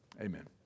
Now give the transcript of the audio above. Amen